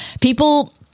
People